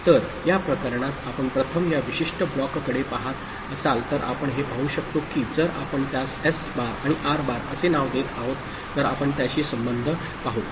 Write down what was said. तर या प्रकरणात आपण प्रथम या विशिष्ट ब्लॉककडे पहात असाल तर आपण हे पाहू शकतो की जर आपण त्यास एस बार आणि आर बार असे नाव देत आहोत तर आपण त्याशी संबंध पाहू